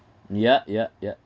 ya ya ya